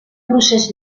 procés